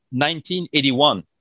1981